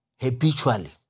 habitually